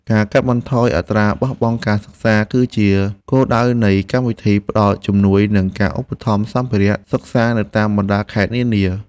ការកាត់បន្ថយអត្រាបោះបង់ការសិក្សា គឺជាគោលដៅនៃកម្មវិធីផ្តល់ជំនួយនិងការឧបត្ថម្ភសម្ភារៈសិក្សានៅតាមបណ្តាខេត្តនានា។